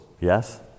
Yes